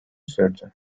sürdü